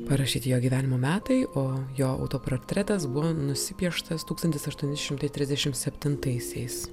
parašyti jo gyvenimo metai o jo autoportretas buvo nusipieštas tūkstantis aštuoni šimtai trisdešimt septintaisiais